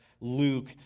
Luke